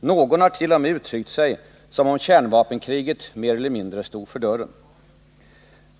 Någon har t.o.m. uttryckt sig som om kärnvapenkriget mer eller mindre stod för dörren.